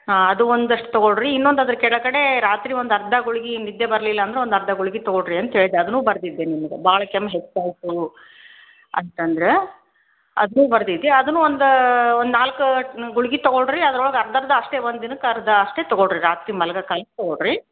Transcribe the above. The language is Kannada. ಹಾಂ ಅದು ಒಂದಷ್ಟು ತೊಗೊಳ್ಳಿರಿ ಇನ್ನೊಂದು ಅದ್ರ ಕೆಳಗಡೆ ರಾತ್ರಿ ಒಂದು ಅರ್ಧ ಗುಳ್ಗೆ ನಿದ್ದೆ ಬರ್ಲಿಲ್ಲ ಅಂದ್ರೆ ಒಂದು ಅರ್ಧ ಗುಳ್ಗೆ ತೊಗೊಳ್ಳಿರಿ ಅಂತ ಹೇಳಿದ್ದೆ ಅದನ್ನೂ ಬರೆದಿದ್ದೆ ನಿಮಗೆ ಭಾಳ ಕೆಮ್ಮು ಹೆಚ್ಚಾಯಿತು ಅಂತಂದರೆ ಅದನ್ನು ಬರ್ದಿದ್ದೆ ಅದನ್ನೂ ಒಂದು ಒಂದು ನಾಲ್ಕು ಗುಳ್ಗೆ ತೊಗೊಳ್ಳಿರಿ ಅದ್ರೊಳಗೆ ಅರ್ಧ ಅರ್ಧ ಅಷ್ಟೇ ಒಂದು ದಿನಕ್ಕೆ ಅರ್ಧ ಅಷ್ಟೇ ತೊಗೊಳ್ಳಿರಿ ರಾತ್ರಿ ಮಲ್ಗಕ್ಕಾರೆ ತೊಗೊಳ್ಳಿರಿ